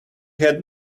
had